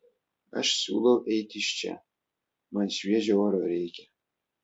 aš siūlau eiti iš čia man šviežio oro reikia